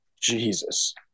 Jesus